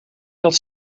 dat